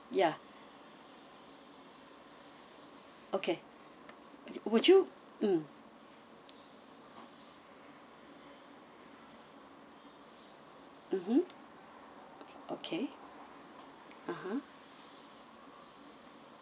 ya okay would you mm mmhmm okay (uh huh)